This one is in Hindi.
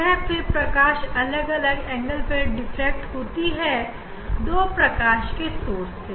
यहां फिर प्रकाश अलग एंगल पर diffract हो जाती है दो प्रकाश की सोर्स से